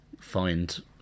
find